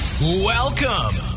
Welcome